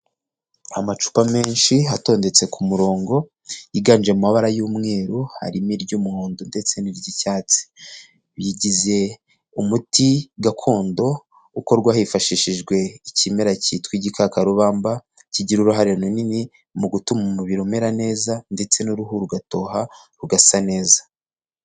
Amacupa menshi atondetse ku murongo yiganje mu mabara y'umweru harimo iry'umuhondo ndetse n'iry'icyatsi, bigize umuti gakondo ukorwa hifashishijwe ikimera cyitwa igikakarubamba, kigira uruhare runini mu gutuma umubiri umera neza ndetse n'uruhu rugatoha rugasa neza.